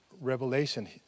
revelation